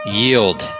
yield